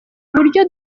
uburyo